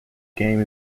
game